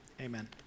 amen